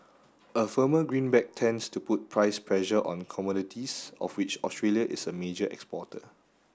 a firmer greenback tends to put price pressure on commodities of which Australia is a major exporter